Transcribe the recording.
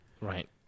right